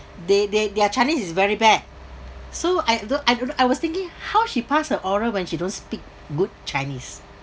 they they their chinese is very bad so I don't I don't know I was thinking how she passed her oral when she don't speak good chinese